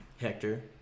Hector